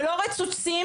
ולא רצוצים